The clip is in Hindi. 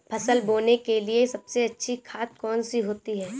फसल बोने के लिए सबसे अच्छी खाद कौन सी होती है?